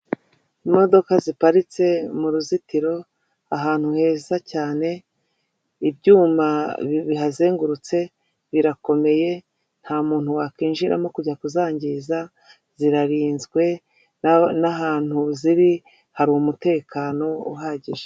Imodoka ziparitse mu ruzitiro ahantu heza cyane, ibyuma bihazengurutse birakomeye. Nta muntu wakwinjiramo kujya kuzangiza, zirarinzwe n' ahantu ziri hari mutekano uhagije.